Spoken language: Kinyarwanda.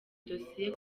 dosiye